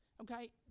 okay